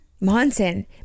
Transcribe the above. Monson